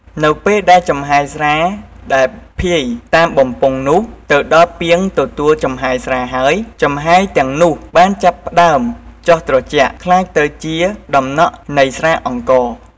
នៅពេលដែលចំហាយស្រាដែលភាយតាមបំពង់នោះទៅដល់ពាងទទួលចំហាយស្រាហើយ ចំហាយទាំងនោះបានចាប់ផ្ដើមចុះត្រជាក់ក្លាយទៅជាដំណក់នៃស្រាអង្ករ។